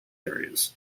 areas